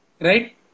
right